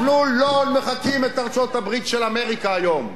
אנחנו לא מחקים את ארצות-הברית של אמריקה היום.